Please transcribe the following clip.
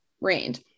rained